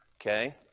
Okay